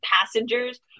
Passengers